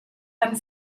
and